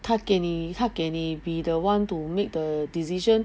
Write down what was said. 他给你他给你 be the one to make the decision